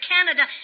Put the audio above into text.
Canada